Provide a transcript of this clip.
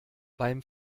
beim